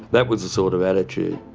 that was the sort of attitude.